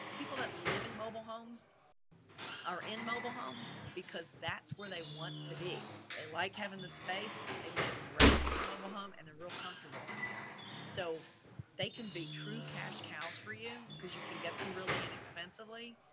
people that live in mobile homes are in mobile homes because that's where they want to be. they like having the space. they might've been raised in a mobile home and they're real comfortable in there so they can be true cash cows for you cause you can get them really inexpensively.